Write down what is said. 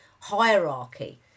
hierarchy